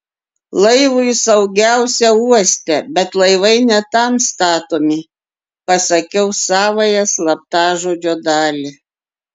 laivui saugiausia uoste bet laivai ne tam statomi pasakiau savąją slaptažodžio dalį